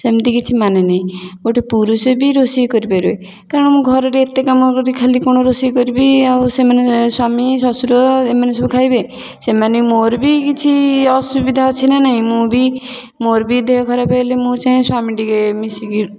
ସେମିତି କିଛି ମାନେ ନାହିଁ ଗୋଟେ ପୁରୁଷ ବି ରୋଷେଇ କରି ପାରିବେ କାରଣ ମୁଁ ଘରର ଏତେ କାମ କରିବି ଖାଲି କଣ ରୋଷେଇ କରିବି ଆଉ ସେମାନେ ସ୍ୱାମୀ ଶଶୁର ଏମାନେ ସବୁ ଖାଇବେ ସେମାନେ ମୋର ବି କିଛି ଅସୁବିଧା ଅଛି ନା ନାଇଁ ମୁଁ ବି ମୋର ବି ଦେହ ଖରାପ ହେଲେ ମୋ ସାଙ୍ଗେ ସ୍ୱାମୀ ଟିକେ ମିଶିକି